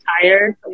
tired